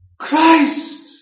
Christ